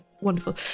Wonderful